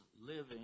living